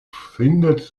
findet